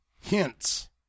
Hints